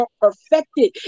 perfected